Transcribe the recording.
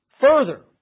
further